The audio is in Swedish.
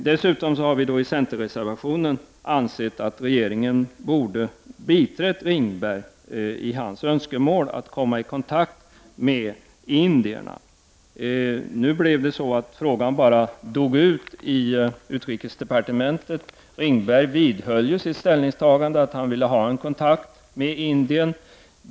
Vi säger dessutom i centerreservationen att regeringen borde ha biträtt Ringberg i hans önskemål att komma i kontakt med indierna. Nu kom frågan att helt enkelt dö ut i utrikesdepartementet. Ringberg vidhöll sitt ställningstagande, att han ville ha en kontakt med Indien.